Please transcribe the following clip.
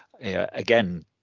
again